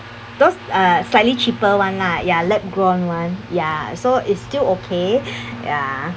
those uh slightly cheaper one lah ya lab grown one ya so it's still okay ya